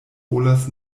volas